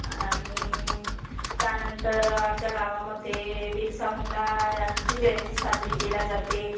आणि त्यानंतर आमच्या गावामध्ये बिरसा मुंडा यांची जयंती साजरी केली जाते